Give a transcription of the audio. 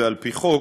זה על פי חוק,